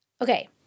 okay